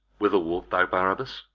whither walk'st thou, barabas?